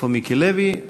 איפה מיקי לוי?